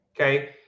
Okay